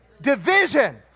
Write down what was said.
Division